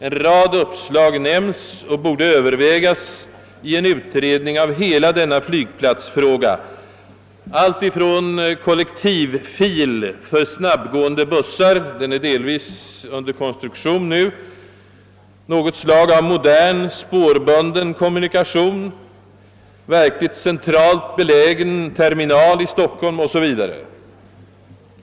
En rad uppslag nämns och borde övervägas i en utredning av hela denna flygplatsfråga alltifrån kollektivfil för snabbgående bussar — en sådan är delvis under konstruktion nu — något slag av modern spårbunden kommunikation, verkligt centralt belägen terminal i Stockholm o.s.v.